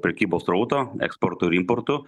prekybos srauto eksportų ir importų